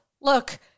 Look